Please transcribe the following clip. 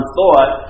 thought